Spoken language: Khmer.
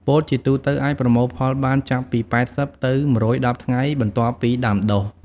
ពោតជាទូទៅអាចប្រមូលផលបានចាប់ពី ៨០ ទៅ ១១០ ថ្ងៃ បន្ទាប់ពីដាំដុះ។